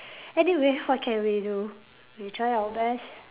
anyway what can we do we try our best